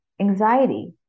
anxiety